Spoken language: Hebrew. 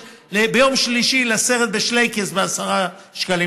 ביום שלישי לסרט בשלייקעס ב-10 שקלים.